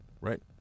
Right